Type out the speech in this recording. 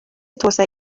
توسعه